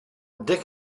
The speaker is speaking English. dig